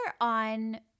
on